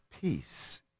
peace